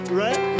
right